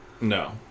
No